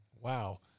Wow